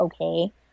okay